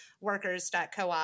workers.coop